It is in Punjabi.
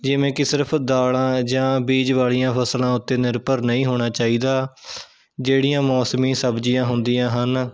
ਜਿਵੇਂ ਕਿ ਸਿਰਫ਼ ਦਾਲਾਂ ਜਾਂ ਬੀਜ ਵਾਲੀਆਂ ਫਸਲਾਂ ਉੱਤੇ ਨਿਰਭਰ ਨਹੀਂ ਹੋਣਾ ਚਾਹੀਦਾ ਜਿਹੜੀਆਂ ਮੌਸਮੀ ਸਬਜ਼ੀਆਂ ਹੁੰਦੀਆਂ ਹਨ